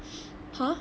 !huh!